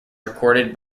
recorded